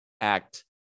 act